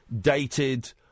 dated